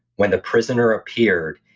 when the prisoner appeared.